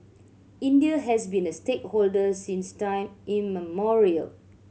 India has been a stakeholder since time immemorial